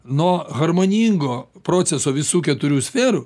nuo harmoningo proceso visų keturių sferų